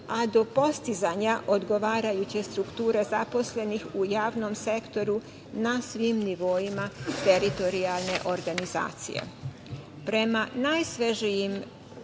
a do postizanja odgovarajuće strukture zaposlenih u javnom sektoru na svim nivoima teritorijalne organizacije. Prema najsvežijim